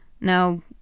Now